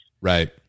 Right